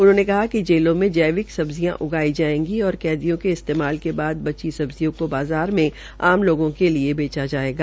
उन्होंने कहा कि जेलों में जैविक सब्जियों उगाई जायेंगी और कैदियों के इस्तेमाल के बाद बची सब्जियों को बाज़ार में आग लोगों के लिए बेचा जाचेगा